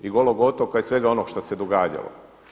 I „Golog otoka“ i svega onog što se događalo.